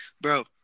Bro